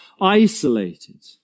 isolated